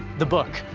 the book.